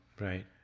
Right